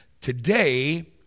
Today